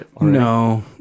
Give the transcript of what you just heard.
No